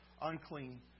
unclean